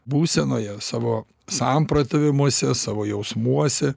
būsenoje savo samprotavimuose savo jausmuose